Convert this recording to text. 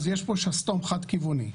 אז יש פה שסתום חד כיווני.